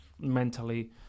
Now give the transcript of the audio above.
mentally